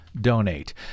donate